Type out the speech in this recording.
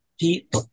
Pete